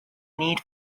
need